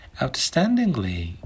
Outstandingly